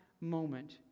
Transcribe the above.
moment